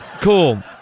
Cool